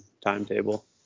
timetable